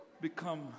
become